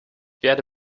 werde